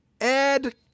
Ed